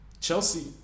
Chelsea